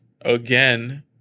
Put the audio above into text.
again